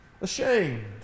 ashamed